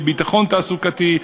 לביטחון תעסוקתי,